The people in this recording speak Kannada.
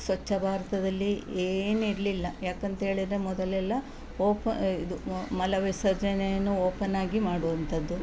ಸ್ವಚ್ಛ ಭಾರತದಲ್ಲಿ ಏನಿರಲಿಲ್ಲ ಯಾಕೆಂತೇಳಿದ್ರೆ ಮೊದಲೆಲ್ಲ ಓಪ ಇದು ಮಲ ವಿಸರ್ಜನೆಯನ್ನು ಓಪನ್ ಆಗಿ ಮಾಡುವಂತದ್ದು